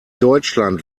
deutschland